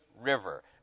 River